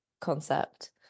concept